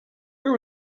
who